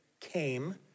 came